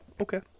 okay